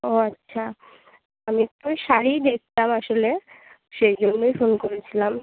ও আচ্ছা আমি একটু ওই শাড়িই দেখতাম আসলে সেই জন্যই ফোন করেছিলাম